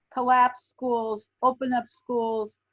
collapse schools, open up schools,